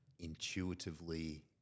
intuitively